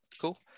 Cool